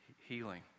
healing